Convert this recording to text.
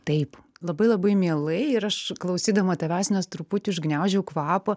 taip labai labai mielai ir aš klausydama tavęs nes truputį užgniaužiau kvapą